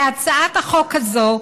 להצעת החוק הזאת,